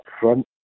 front